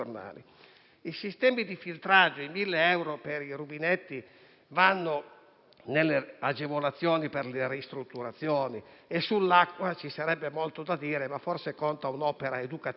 i sistemi di filtraggio dei rubinetti vanno nelle agevolazioni per le ristrutturazioni; sull'acqua ci sarebbe molto da dire, ma forse conta un'opera educativa.